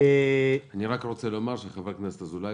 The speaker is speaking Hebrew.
אני רק רוצה להגיד שחבר הכנסת אזולאי